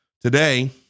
today